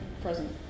present